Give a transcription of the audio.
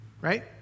Right